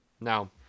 Now